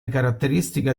caratteristica